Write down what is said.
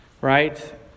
right